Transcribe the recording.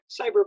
cyber